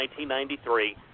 1993